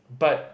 but